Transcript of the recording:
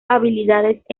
habilidades